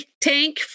tank